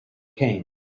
came